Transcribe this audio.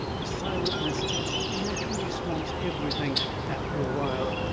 the silentness jest natcherally swamps everything after a while,